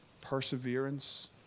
perseverance